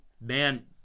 man